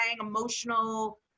emotional